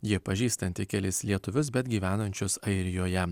ji pažįstanti kelis lietuvius bet gyvenančius airijoje